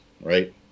right